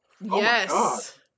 yes